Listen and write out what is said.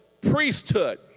priesthood